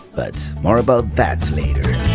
but more about that later.